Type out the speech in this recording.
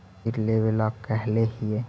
फिर लेवेला कहले हियै?